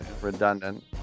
Redundant